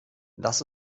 das